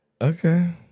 okay